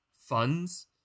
funds